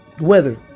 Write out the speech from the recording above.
weather